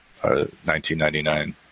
1999